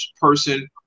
person